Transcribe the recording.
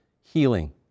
healing